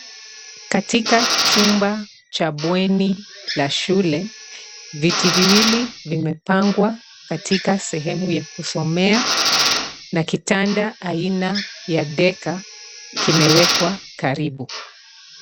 Katika chumba cha bweni la shule, viti viwili vimepangwa katika sehemu ya kusomea, na kitanda aina ya deka kimewekwa karibu.